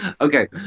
Okay